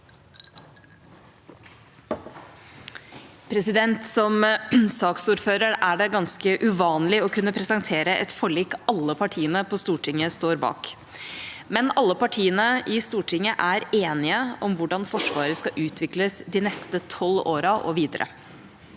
nr. 18): Som saksordfører er det ganske uvanlig å kunne presentere et forlik alle partiene på Stortinget står bak. Alle partiene på Stortinget er enige om hvordan Forsvaret skal utvikles de neste tolv årene og videre.